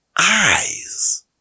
eyes